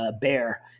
bear